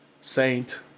saint